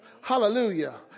Hallelujah